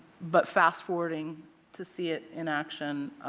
but fast forwarding to see it in action.